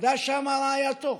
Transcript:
עמדה שם רעייתו,